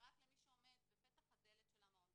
ורק למי שעומד בפתח הדלת של המעון,